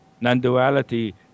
non-duality